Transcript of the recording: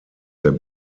der